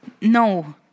No